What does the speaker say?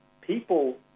people